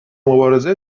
مبارزه